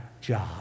job